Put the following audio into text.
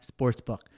sportsbook